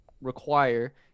require